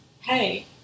hey